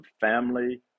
family